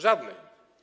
Żadnej.